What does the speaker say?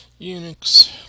Unix